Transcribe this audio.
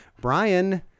Brian